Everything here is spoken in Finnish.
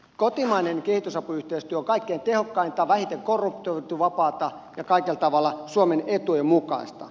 kotimainen kehitysapuyhteistyö on kaikkein tehokkainta vähiten korruptoitunutta ja kaikella tavalla suomen etujen mukaista